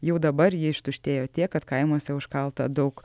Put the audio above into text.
jau dabar ji ištuštėjo tiek kad kaimuose užkalta daug